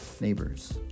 neighbors